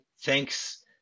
thanks